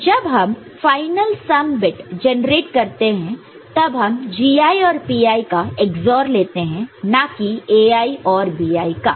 तो जब हम फाइनल सम बीट जनरेट करते हैं तब हम Gi और Pi का XOR लेते हैं नाक की Ai और Bi को